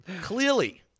clearly